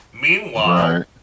Meanwhile